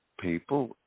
people